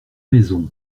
maisons